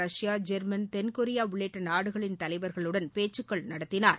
Russia German தென்கொரியா உள்ளிட்ட நாடுகளின் தலைவர்களுடன் பேச்சுக்கள் நடத்தினார்